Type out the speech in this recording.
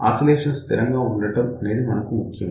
oscillations స్థిరంగా ఉండటం అనేది మనకు ముఖ్యం